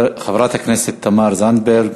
חברת הכנסת תמר זנדברג.